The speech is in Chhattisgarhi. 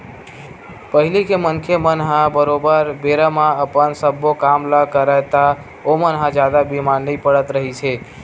पहिली के मनखे मन ह बरोबर बेरा म अपन सब्बो काम ल करय ता ओमन ह जादा बीमार नइ पड़त रिहिस हे